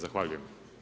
Zahvaljujem.